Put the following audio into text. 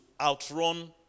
outrun